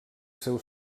seu